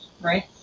right